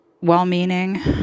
well-meaning